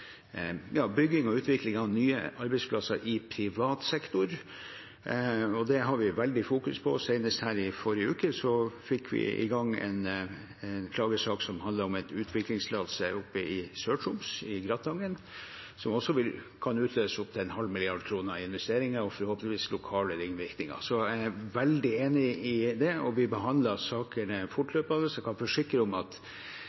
bygging og utvikling av nye arbeidsplasser i privat sektor, og det fokuserer vi veldig på. Senest i forrige uke fikk vi i gang en klagesak som handlet om en utviklingstillatelse oppe i Sør-Troms, i Gratangen, som kan utløse opptil en halv milliard kroner i investeringer, og forhåpentligvis med lokale ringvirkninger. Så jeg er veldig enig i det, og vi behandler